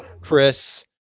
Chris